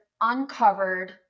uncovered